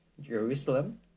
Jerusalem